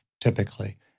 typically